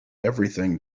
everything